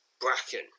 Bracken